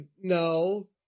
no